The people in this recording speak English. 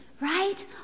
Right